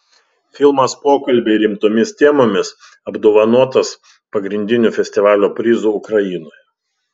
filmas pokalbiai rimtomis temomis apdovanotas pagrindiniu festivalio prizu ukrainoje